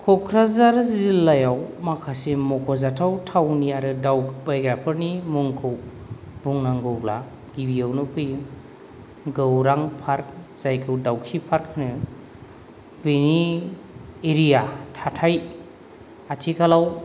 कक्राझार जिल्लायाव माखासे मख'जाथाव थावनि आरो दावबायग्राफोरनि मुंखौ बुंनांगौब्ला गिबियावनो फैयो गौरां पार्क जायखौ दावखि पार्क होनो बेनि एरिया थाथाय आथिखालाव